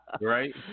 Right